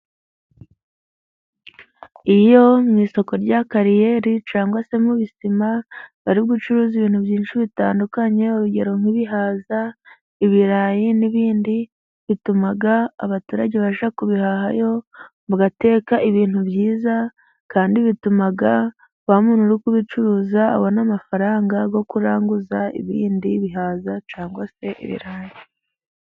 Iyo mu isoko rya kariyeri cyangwa se mu bisima bari gucuruza ibintu byinshi bitandukanye, urugero nk'ibihaza, ibirayi n'ibindi, bituma abaturage bajya kubihahayo mugateka ibintu byiza, kandi bituma wa muntu urikubicuruza abona amafaranga yo kuranguza ibindi bihaza cyangwa se ibirayi.